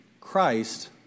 Christ